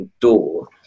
door